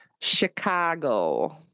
Chicago